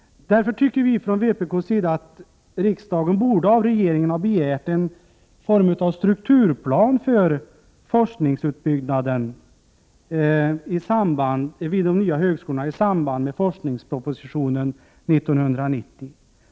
Vi från vpk anser därför att riksdagen borde av regeringen ha begärt en form av strukturplan för forskningsutbyggnaden vid de nya högskolorna i samband med forskningspropositionen 1990.